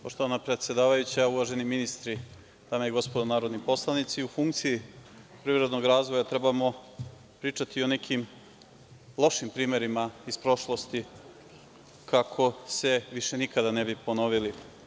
Poštovana predsedavajuća, uvaženi ministri, dame i gospodo narodni poslanici, u funkciji privrednog razvoja trebamo pričati o nekim lošim primerima iz prošlosti kako se više nikada ne bi ponovili.